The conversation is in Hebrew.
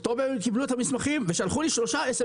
באוקטובר הם קיבלו את המסמכים ושלחו לי